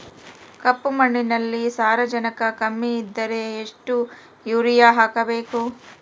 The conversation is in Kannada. ಕಪ್ಪು ಮಣ್ಣಿನಲ್ಲಿ ಸಾರಜನಕ ಕಮ್ಮಿ ಇದ್ದರೆ ಎಷ್ಟು ಯೂರಿಯಾ ಹಾಕಬೇಕು?